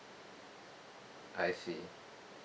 I see